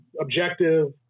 objective